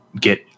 get –